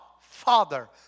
Father